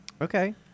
Okay